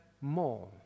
more